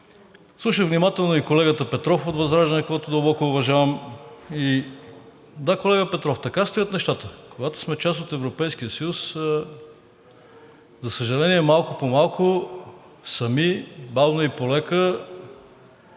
Слушах внимателно и колегата Петров от ВЪЗРАЖДАНЕ, който дълбоко уважавам. (Реплики.) Да, колега Петров, така стоят нещата, когато сме част от Европейския съюз. За съжаление, малко по малко, сами, бавно и полека